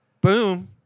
Boom